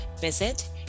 visit